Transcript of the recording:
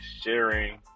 sharing